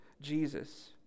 Jesus